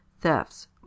thefts